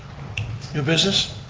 new business.